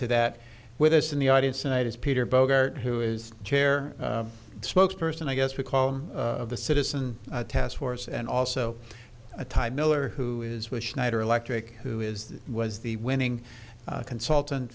to that with us in the audience tonight is peter bouckaert who is chair spokes person i guess because of the citizen task force and also a time miller who is with schneider electric who is was the winning consultant